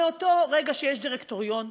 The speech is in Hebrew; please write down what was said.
מאותו רגע שיש דירקטוריון,